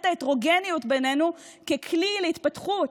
את ההטרוגניות בינינו ככלי להתפתחות,